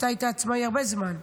אתה היית עצמאי הרבה זמן,